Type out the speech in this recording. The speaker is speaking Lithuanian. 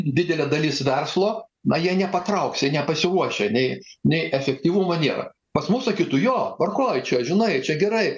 didelė dalis verslo na jie nepatrauks jie nepasiruošę nei nei efektyvumo nėra pas mus sakytų jo tvarkoj čia žinai čia gerai